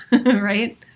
right